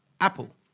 Apple